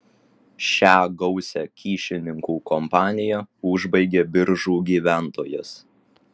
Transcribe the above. šią gausią kyšininkų kompaniją užbaigė biržų gyventojas